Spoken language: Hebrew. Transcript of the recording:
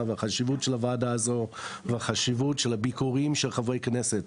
והחשיבות של הוועדה הזו והחשיבות של הביקורים של חברי כנסת